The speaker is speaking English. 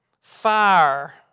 Fire